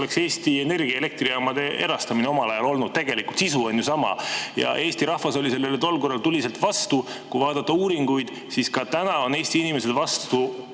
oleks Eesti Energia elektrijaamade erastamine omal ajal olnud. Sisu on ju sama. Eesti rahvas oli sellele tol korral tuliselt vastu. Kui vaadata uuringuid, siis ka täna on Eesti inimesed vastu